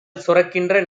சுரக்கின்ற